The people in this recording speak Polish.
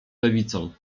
lewicą